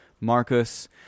Marcus